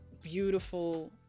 beautiful